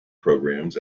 programs